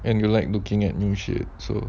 and you like looking at new shirt so